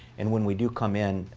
and when we do come in,